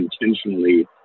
intentionally